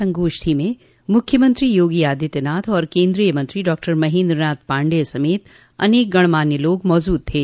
संगोष्ठी में मुख्यमंत्री योगी आदित्यनाथ और केन्द्रीय मंत्री डॉ महेन्द्र नाथ पाण्डेय समेत अनेक गणमान्य लोग मौजूद थे